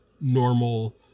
normal